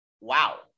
Wow